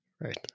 right